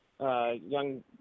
young –